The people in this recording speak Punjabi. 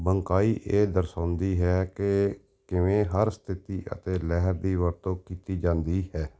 ਬੰਕਾਈ ਇਹ ਦਰਸਾਉਂਦੀ ਹੈ ਕਿ ਕਿਵੇਂ ਹਰ ਸਥਿਤੀ ਅਤੇ ਲਹਿਰ ਦੀ ਵਰਤੋਂ ਕੀਤੀ ਜਾਂਦੀ ਹੈ